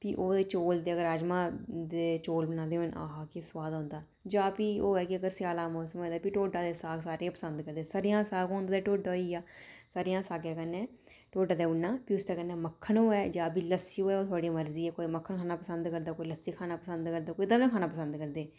फ्ही ओह् चोल ते अगर राजमां चोल बनाए दे होन तां आह् आह् केह् स्वाद औंदा जां फ्ही होआ कि स्यालै दा मौसम होऐ कि फ्ही ढोड्ढा ते साग सारैं गी पसंद करदा सरेआं दा साग होऐ ते ढोड्ढा होई गेआ सरेआं दे सागै कन्नै ढोड्ढा देई ओड़ना फ्ही उसदे कन्नै मक्खन होऐ जां फ्ही लस्सी होऐ थुआढ़ी मर्ज़ी ऐ कोई मक्खन खाना पसंद करदा ते कोई लस्सी खाना पसंद करदा कोई दवैं खाना पसंद करदे